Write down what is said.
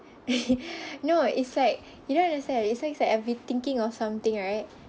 no it's like you don't understand it's like it's like I been thinking of something right